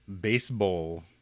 Baseball